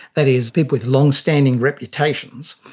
that is people with long-standing reputations,